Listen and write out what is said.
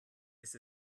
ist